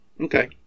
Okay